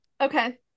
Okay